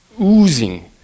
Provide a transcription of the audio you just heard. oozing